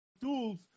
tools